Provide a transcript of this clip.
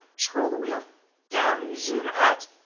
scroll the wheel down, you zoom out.